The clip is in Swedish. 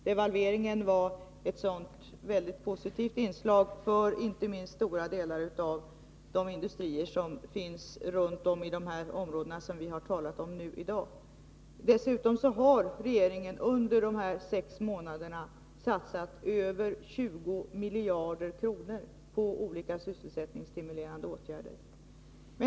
Devalveringen var ett sådant positivt inslag för stora delar av de industrier som finns runt om i de områden som vi talar om här i dag. Dessutom har regeringen under dessa sex månader satsat över 20 miljarder kronor på olika sysselsättningsstimulerande åtgärder.